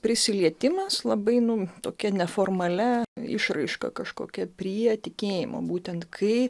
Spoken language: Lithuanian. prisilietimas labai nu tokia neformalia išraiška kažkokia prie tikėjimo būtent kai